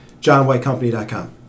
johnwhitecompany.com